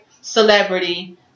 celebrity